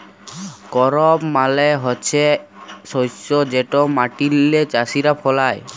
করপ মালে হছে শস্য যেট মাটিল্লে চাষীরা ফলায়